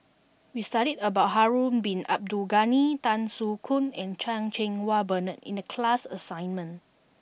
we studied about Harun Bin Abdul Ghani Tan Soo Khoon and Chan Cheng Wah Bernard in the class assignment